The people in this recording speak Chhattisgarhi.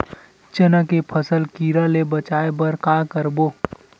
चना के फसल कीरा ले बचाय बर का करबो?